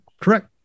correct